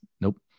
Nope